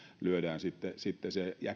lyödään sitten sitten äkkijarrutus ja